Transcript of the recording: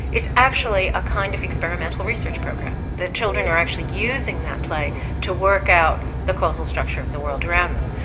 is actually a kind of experimental research program, that children are actually using that play to work out the causal structure of the world around them.